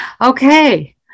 okay